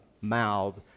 mouth